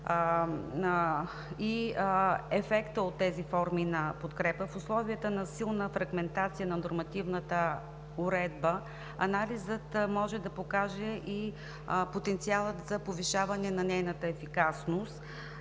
и ефектът от тези форми на подкрепа. В условията на силна фрагментация на нормативната уредба анализът може да покаже и потенциала за повишаване на нейната ефикасност